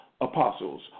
Apostles